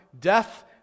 death